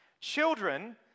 Children